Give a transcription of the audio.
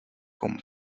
con